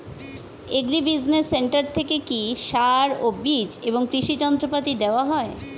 Agri business centre থেকে কি সার ও বিজ এবং কৃষি যন্ত্র পাতি দেওয়া হয়?